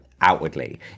outwardly